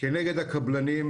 כנגד הקבלנים.